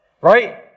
Right